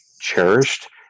cherished